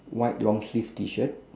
white long sleeve T shirt